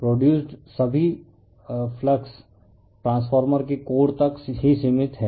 produced सभी flux transformer के core तक ही सीमित है